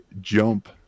jump